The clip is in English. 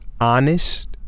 honest